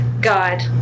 God